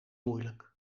moeilijk